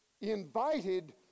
invited